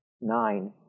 nine